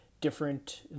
different